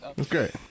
okay